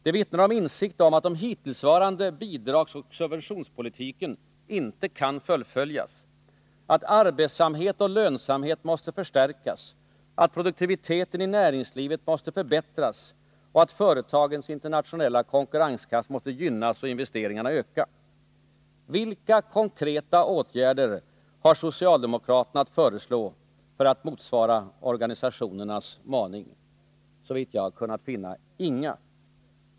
Det vittnar om insikt om att den hittillsvarande bidragsoch subventionspolitiken inte kan fullföljas, att arbetsamhet och lönsamhet måste förstärkas, att produktiviteten i närings livet måste förbättras och att företagens internationella konkurrenskraft måste gynnas och investeringarna öka. Vilka konkreta åtgärder har socialdemokraterna att föreslå för att motsvara organisationernas maning? Såvitt jag har kunnat finna inga.